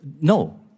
No